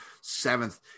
seventh